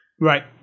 Right